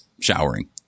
showering